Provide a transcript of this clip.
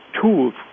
tools